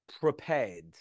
Prepared